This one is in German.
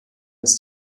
als